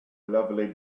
lovely